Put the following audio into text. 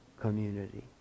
community